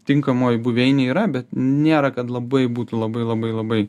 tinkamoj buveinėj yra bet nėra kad labai būtų labai labai labai